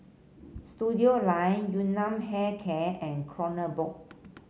Studioline Yun Nam Hair Care and Kronenbourg